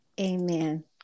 Amen